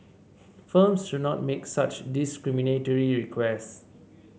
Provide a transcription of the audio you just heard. firms should not make such discriminatory requests